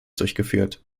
durchgeführt